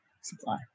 supply